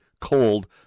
cold